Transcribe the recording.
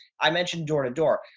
i mentioned door to door.